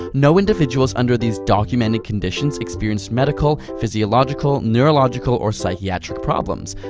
no individuals under these documented conditions experienced medical, physiological, neurological or psychiatric problems.